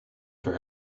for